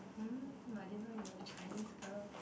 hmm I didn't know you were a Chinese girl